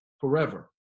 forever